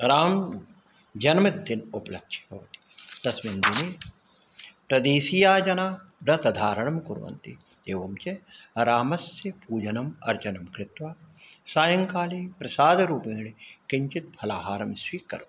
रामजन्मदिनम् उपलक्ष्य भवति तस्मिन् दिने तद्देशीय जनाः व्रतधारणं कुर्वन्ति एवं च रामस्य पूजनम् अर्चनं कृत्वा सायङ्काले प्रसादरूपेण किञ्चित् फलाहारं स्वीकरोति